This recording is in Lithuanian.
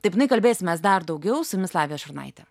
tai būtinai kalbėsimės dar daugiau su jumis lavija šurnaitė